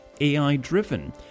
AI-driven